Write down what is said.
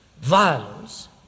violence